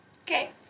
okay